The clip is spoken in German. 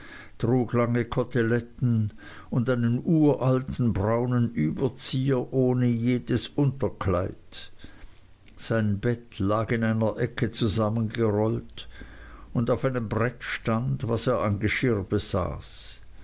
trug lange koteletten und einen uralten braunen überzieher ohne jedes unterkleid sein bett lag in einer ecke zusammengerollt und auf einem brett stand was er an geschirr besaß